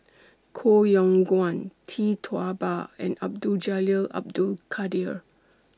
Koh Yong Guan Tee Tua Ba and Abdul Jalil Abdul Kadir